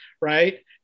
Right